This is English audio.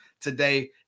today